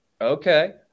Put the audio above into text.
Okay